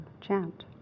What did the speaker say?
chant